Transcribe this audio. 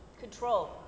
control